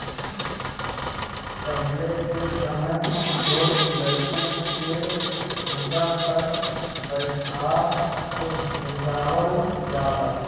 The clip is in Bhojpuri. पहिले के समय छोट लइकन के हेंगा पर बइठा के हेंगावल जाला